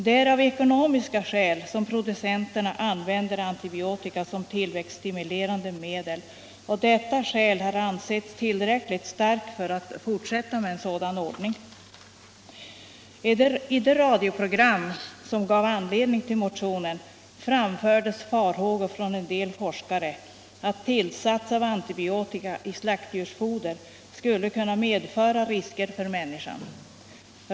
Det är av ekonomiska skäl som producenterna använder antibiotika som tillväxtstimulerande medel, och detta skäl har ansetts tillräckligt starkt för att de skall få fortsätta med en sådan ordning. I det radioprogram som gav anledning till motionen framfördes farhågor från en del forskare, att tillsatser av antibiotika i slaktdjursfoder skulle kunna medföra risker för människan.